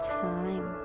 time